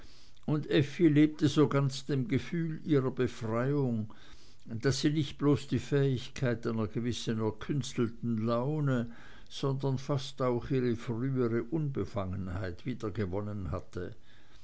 und effi lebte so ganz dem gefühl ihrer befreiung daß sie nicht bloß die fähigkeit einer gewissen erkünstelten laune sondern fast auch ihre frühere unbefangenheit wiedergewonnen hatte